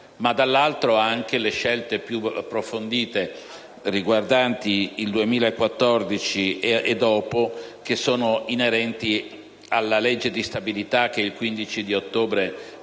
ci sono anche le scelte più approfondite riguardanti il 2014 e oltre che sono inerenti alla legge di stabilità che il 15 ottobre verrà